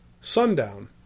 Sundown